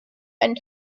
and